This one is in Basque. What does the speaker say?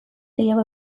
gehiago